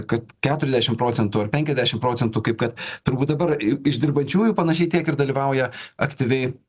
kad keturiasdešim procentų ar penkiasdešim procentų kaip kad turbūt dabar iš dirbančiųjų panašiai tiek ir dalyvauja aktyviai